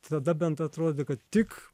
tada bent atrodė kad tik